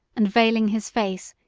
and veiling his face,